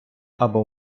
або